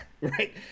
right